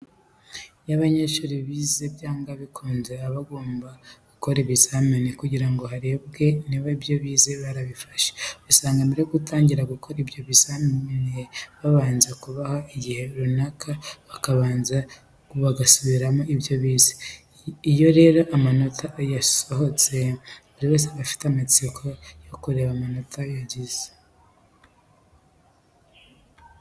Iyo abanyeshuri bize byanga bikunze baba bagomba gukora ibizamini kugira ngo harebwe niba ibyo bize barabifashe. Usanga mbere yo gutangira gukora ibyo bizamini babanza kubaha igihe runaka bakabanza bagasubiramo ibyo bize. Iyo rero amanota yasohotse buri wese aba afite amatsiko yo kureba amanota yagize.